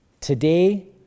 Today